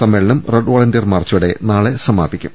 സമ്മേളനം red volunteer മാർച്ചോടെ നാളെ സമാപിക്കും